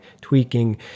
tweaking